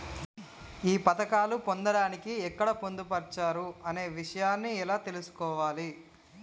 ఈ పథకాలు పొందడానికి ఎక్కడ పొందుపరిచారు అనే విషయాన్ని ఎలా తెలుసుకోవాలి?